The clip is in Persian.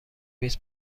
میز